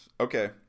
okay